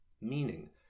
meaning